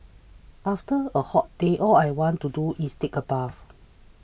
after a hot day all I want to do is take a bath